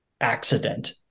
accident